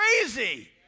crazy